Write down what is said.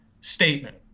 statement